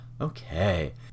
okay